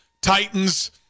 Titans